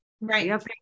right